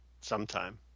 sometime